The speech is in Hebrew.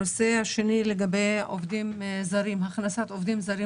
הנושא השני הוא הכנסת עובדים זרים חדשים.